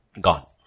gone